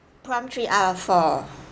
prompt three out of four